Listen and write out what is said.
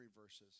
verses